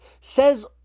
says